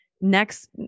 next